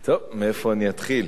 טוב, מאיפה אני אתחיל?